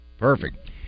Perfect